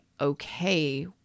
okay